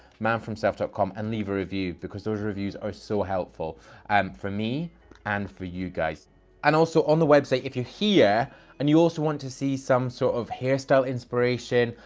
manforhimself dot com and leave a review because those reviews are so helpful and for me and for you guys and also on the website, if you're here and you also want to see some sort of hairstyle inspiration,